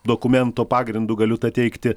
dokumento pagrindu galiu tą teigti